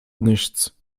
nichts